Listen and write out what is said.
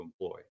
employ